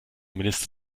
minister